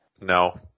No